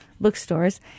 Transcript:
bookstores